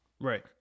right